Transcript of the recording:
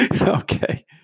Okay